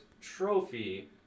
Trophy